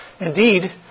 indeed